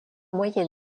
moyen